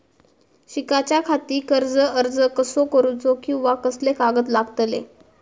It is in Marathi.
शिकाच्याखाती कर्ज अर्ज कसो करुचो कीवा कसले कागद लागतले?